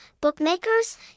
bookmakers